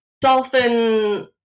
dolphin